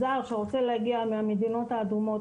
זר שרוצה להגיע מהמדינות האדומות,